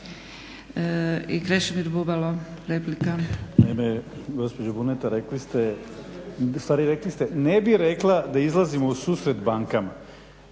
I Krešimir Bubalo, replika.